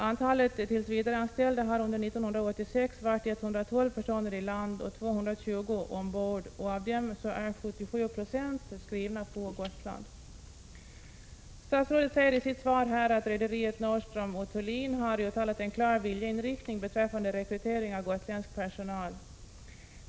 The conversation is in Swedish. Antalet tillsvidareanställda har under 1986 varit 112 personer i land och 220 personer ombord, och av dem är 77 Yo mantalsskrivna på Gotland. Statsrådet säger i sitt svar här att rederiet Nordström & Thulin har uttalat en klar viljeinriktning att rekrytera gotländsk personal.